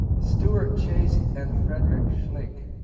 stuart chase and frederick szulik,